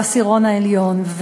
בעשירון העליון.